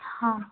हाँ